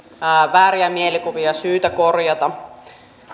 vääriä mielikuvia syytä korjata